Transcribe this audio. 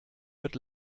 wird